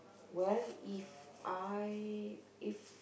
well If I if